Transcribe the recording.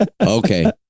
Okay